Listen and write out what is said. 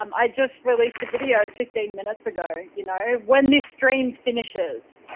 um i just released a video fifteen minutes ago. you know when this stream finishes,